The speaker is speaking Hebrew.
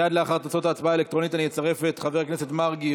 מייד לאחר תוצאות ההצבעה האלקטרונית אני אצרף את חבר הכנסת מרגי,